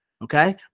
Okay